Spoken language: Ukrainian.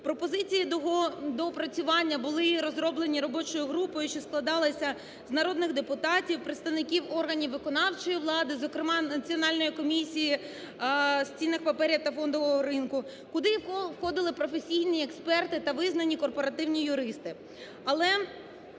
Пропозиції доопрацювання були розроблені робочою групою, що складалася з народних депутатів, представників органів виконавчої влади, зокрема Національної комісії з цінних паперів та фондового ринку, куди входили професійні експерти та визнані корпоративні юристи.